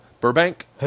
Burbank